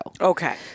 Okay